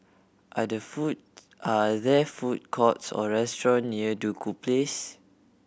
are the foods are there food courts or restaurant near Duku Place